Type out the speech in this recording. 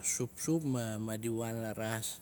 supsup maadi waan la raas.